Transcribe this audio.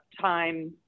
time